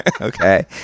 okay